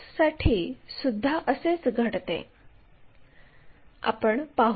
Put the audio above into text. यासाठी आता ही लाईन मोजू आणि आर्क काढू